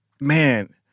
man